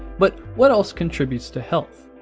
but what else contributes to health?